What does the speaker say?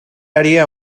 haría